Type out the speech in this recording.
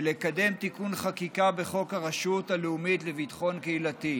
ולקדם תיקון חקיקה בחוק הרשות הלאומית לביטחון קהילתי,